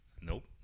Nope